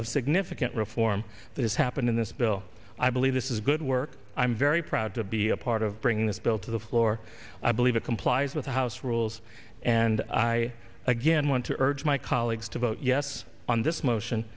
of significant reform that is happened in this bill i believe this is good work i'm very proud to be a part of bringing this bill to the floor leiva complies with the house rules and i again want to urge my colleagues to vote yes on this motion